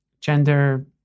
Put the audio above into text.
gender